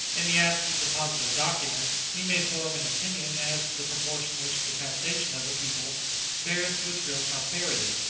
in the absence of positive documents, we may form an opinion as to the proportion which the taxation of a people bears to its real prosperity,